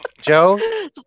Joe